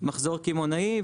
מחזור קמעונאי,